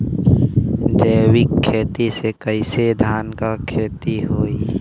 जैविक खेती से कईसे धान क खेती होई?